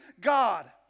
God